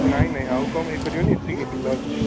ନାଇଁ ନାଇଁ ଆଉ କମ ହେଇ ପାରିବନି ଏତିକି ଲାଷ୍ଟ୍